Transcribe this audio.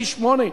פי-שמונה,